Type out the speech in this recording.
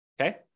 okay